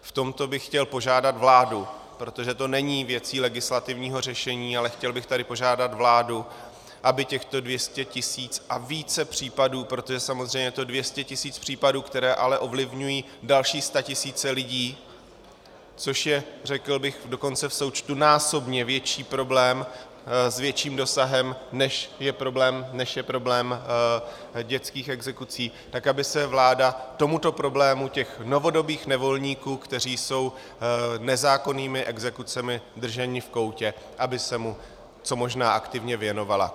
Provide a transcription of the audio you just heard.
V tomto bych chtěl požádat vládu, protože to není věcí legislativního řešení, ale chtěl bych tady požádat vládu, aby těchto 200 tisíc a více případů, protože samozřejmě je to 200 tisíc případů, které ale ovlivňují další statisíce lidí, což je, řekl bych, dokonce v součtu násobně větší problém s větším dosahem, než je problém dětských exekucí, tak aby se vláda tomuto problému těchto novodobých nevolníků, kteří jsou nezákonnými exekucemi drženi v koutě, co možná aktivně věnovala.